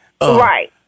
Right